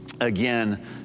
again